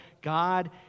God